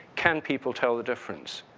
can people tell the difference?